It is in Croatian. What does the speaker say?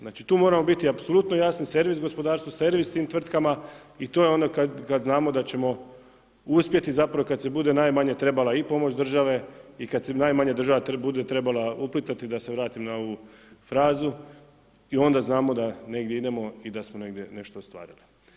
Znači tu moramo biti apsolutno jasni, servis gospodarstvu, servis tim tvrtkama i to je ono kada znamo da ćemo uspjeti zapravo i kada se najmanje trebala i pomoć države i kada se najmanje država bude trebala uplitati da se vrati na ovu frazu i onda znamo da negdje idemo i da se negdje nešto ostvarili.